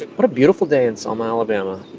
what a beautiful day in selma, ala ala